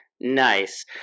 nice